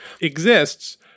exists